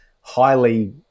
highly